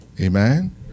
Amen